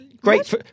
great